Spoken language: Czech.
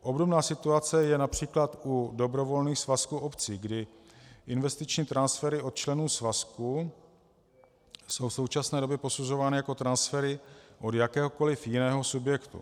Obdobná situace je například u dobrovolných svazků obcí, kdy investiční transfery od členů svazků jsou v současné době posuzovány jako transfery od jakéhokoliv jiného subjektu.